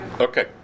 Okay